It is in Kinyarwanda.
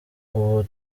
ubu